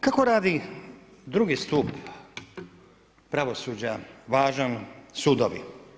Kako radi drugi stup pravosuđa, važan, sudovi?